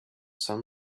son